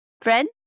Friend